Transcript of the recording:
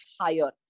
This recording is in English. higher